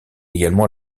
également